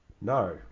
no